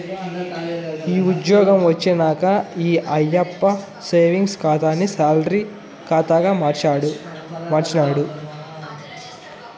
yeah ఉజ్జ్యోగం వచ్చినంక ఈ ఆయప్ప సేవింగ్స్ ఖాతాని సాలరీ కాతాగా మార్చినాడు